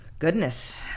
goodness